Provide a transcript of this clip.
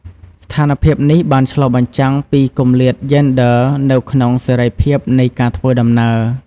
ស្ថានភាពនេះបានឆ្លុះបញ្ចាំងពីគម្លាតយេនដ័រនៅក្នុងសេរីភាពនៃការធ្វើដំណើរ។